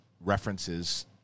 references